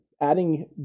adding